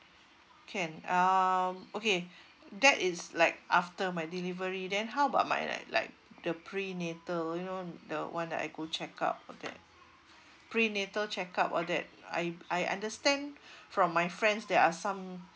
can um okay that is like after my delivery then how about my that like the prenatal you know the one that I go check up all the prenatal check up all that I I understand from my friends there are some